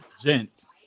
Gents